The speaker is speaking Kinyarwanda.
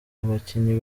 abakinnyi